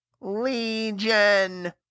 legion